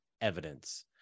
evidence